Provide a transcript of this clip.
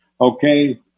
Okay